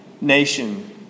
nation